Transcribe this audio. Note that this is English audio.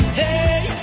Hey